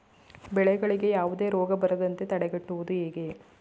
ಬೆಳೆಗಳಿಗೆ ಯಾವುದೇ ರೋಗ ಬರದಂತೆ ತಡೆಗಟ್ಟುವುದು ಹೇಗೆ?